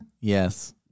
Yes